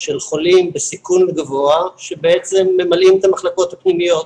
של חולים בסיכון גבוה שממלאים את המחלקות הפנימיות,